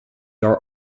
are